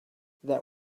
that